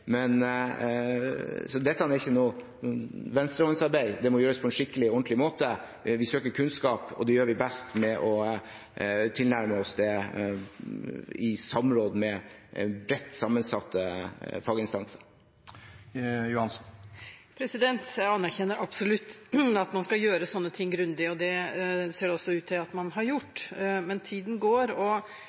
Dette er ikke noe venstrehåndsarbeid, det må gjøres på en skikkelig og ordentlig måte. Vi søker kunnskap, og det gjør vi best ved å tilnærme oss det i samråd med bredt sammensatte faginstanser. Jeg anerkjenner absolutt at man skal gjøre sånne ting grundig, og det ser det også ut til at man har gjort. Men tiden går, og